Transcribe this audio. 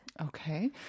Okay